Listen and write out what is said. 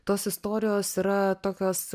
tos istorijos yra tokios